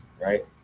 right